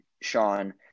Sean